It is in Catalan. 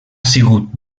sigut